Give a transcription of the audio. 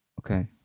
Okay